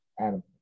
Adam